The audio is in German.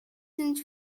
sind